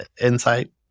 insight